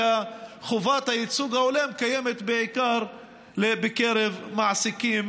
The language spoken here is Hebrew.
חובת הייצוג ההולם קיימת בעיקר בקרב מעסיקים